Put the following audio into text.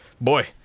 Boy